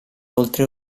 oltre